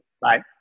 Bye